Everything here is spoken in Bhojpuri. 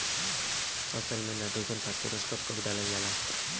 फसल में नाइट्रोजन फास्फोरस कब कब डालल जाला?